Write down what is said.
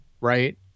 Right